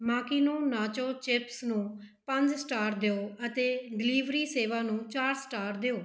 Makino nacho chips ਨੂੰ ਪੰਜ star ਦਿਉ ਅਤੇ ਡਿਲੀਵਰੀ ਸੇਵਾ ਨੂੰ ਚਾਰ ਸਟਾਰ ਦਿਉ